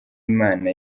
imana